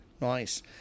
Nice